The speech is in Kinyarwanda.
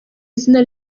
izina